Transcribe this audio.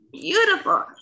beautiful